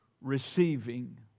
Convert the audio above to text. receiving